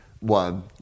one